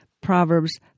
Proverbs